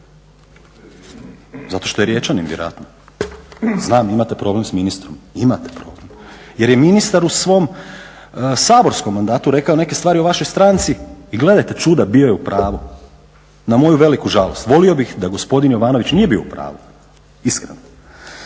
zato što je riječanin vjerojatno. Znam imate problem s ministrom, imate problem jer je ministar u svom saborskom mandatu rekao neke stvari o vašoj stranci i gledajte čuda bio je u pravu. Na moju veliku žalost volio bih da gospodin Jovanović nije bio u pravu iskreno